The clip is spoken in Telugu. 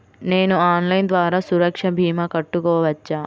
నేను ఆన్లైన్ ద్వారా సురక్ష భీమా కట్టుకోవచ్చా?